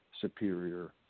Superior